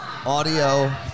Audio